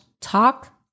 talk